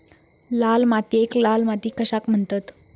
लाल मातीयेक लाल माती कशाक म्हणतत?